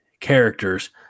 Characters